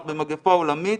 אנחנו במגפה עולמית,